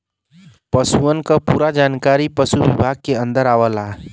पसुअन क पूरा जानकारी पसु विभाग के अन्दर आवला